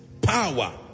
power